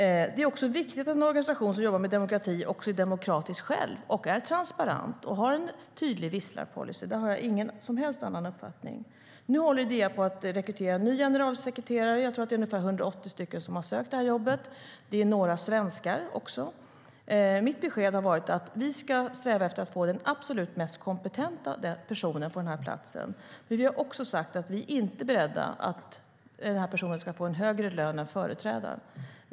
Det är också viktigt att den organisation som jobbar med demokrati själv är demokratisk, transparent och har en tydlig visslarpolicy. Där har jag ingen annan uppfattning än Bodil Ceballos. Nu håller Idea på att rekrytera en ny generalsekreterare. Jag tror att det är ungefär 180 personer som har sökt jobbet. Det är några svenskar också. Mitt besked har varit att vi ska sträva efter att få den absolut mest kompetenta personen på den här platsen, men vi har också sagt att vi inte är beredda på att den här personen ska få en högre lön än företrädaren.